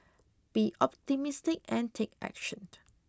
be optimistic and take action